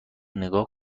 نگاه